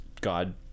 God